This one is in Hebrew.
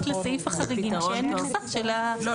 לסעיף החריגים שאין מכסות של --- לא,